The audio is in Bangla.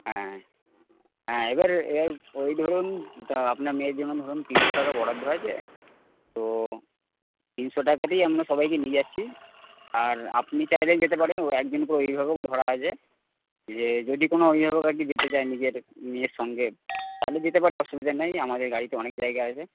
হ্যাঁ হ্যাঁ এবার এবার ওই ধরুন আপনার মেয়ের জন্য ধরুন তিনশো টাকা বরাদ্দ আছে তো তিনশো টাকাতেই আমরা সবাইকে নিয়ে যাচ্ছি আর আপনি চাইলে যেতে পারেন ওর একজন করে অভিভাবক ধরা আছে যে যদি কোন অভিভাবক আর কি যেতে চায় নিজের মেয়ের সঙ্গে তাহলে যেতে পারে অসুবিধা নেই আমাদের গাড়িতে অনেক জায়গা আছে